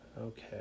Okay